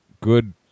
good